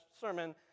sermon